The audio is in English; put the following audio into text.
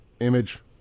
image